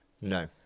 No